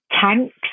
Tanks